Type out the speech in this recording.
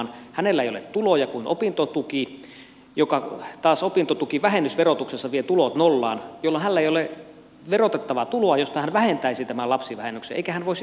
hänellä ei ole tuloja kuin opintotuki ja taas opintotukivähennys verotuksessa vie tulot nollaan jolloin hänellä ei ole verotettavaa tuloa josta hän vähentäisi tämän lapsivähennyksen eikä hän voi sitä hyödyntää